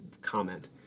comment